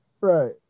Right